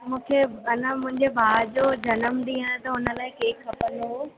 ऐं मूंखे अञा मुंहिंजे ॿार जो जनम ॾींहुं आहे त उन लाइ केक खपंदो